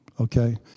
Okay